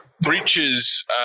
breaches